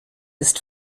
ist